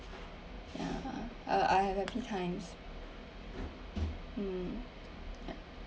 ya uh I have happy times mm ya